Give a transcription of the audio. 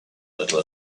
little